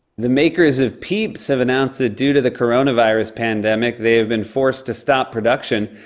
the makers of peeps have announced that, due to the coronavirus pandemic, they've been forced to stop production.